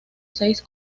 seis